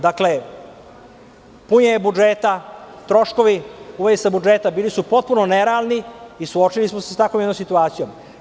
Dakle, punjenje budžeta, troškovi budžeta bili su potpuno neravni i suočili smo se sa jednom takvom situacijom.